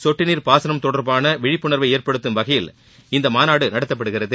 சொட்டுநீர் பாசனம் தொடர்பான விழிப்புணர்வை ஏற்படுத்தும் வகையில் இந்த மாநாடு நடத்தப்படுகிறது